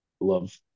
love